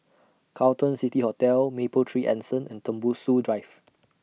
Carlton City Hotel Mapletree Anson and Tembusu Drive